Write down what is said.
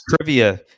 trivia